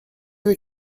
veux